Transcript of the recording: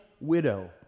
widow